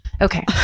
Okay